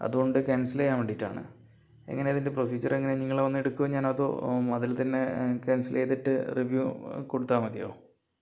അതുകൊണ്ട് ക്യാൻസൽ ചെയ്യാൻ വേണ്ടിയിട്ടാണ് എങ്ങനെയാ ഇതിൻ്റെ പ്രൊസിജിയറെങ്ങനെയാണ് നിങ്ങൾ വന്ന് എടുക്കുമോ ഞാനതോ അതിൽ തന്നെ ക്യാൻസൽ ചെയ്തിട്ട് റിവ്യൂ കൊടുത്താൽ മതിയോ